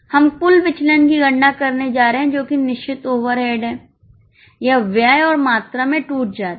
हम कुल विचलन की गणना करने जा रहे हैं जो कि निश्चित ओवरहेड है यह व्यय और मात्रा में टूट जाता है